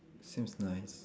seems nice